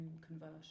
conversion